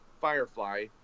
Firefly